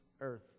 earth